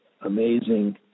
amazing